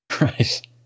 right